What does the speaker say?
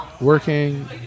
working